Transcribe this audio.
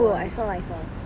oh I saw I saw